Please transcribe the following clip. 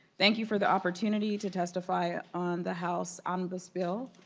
thank you for the opportunity to testify on the house omnibus bill.